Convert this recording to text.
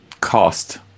Cost